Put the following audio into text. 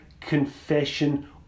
confession